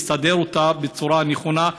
לסדר אותה בצורה נכונה.